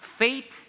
faith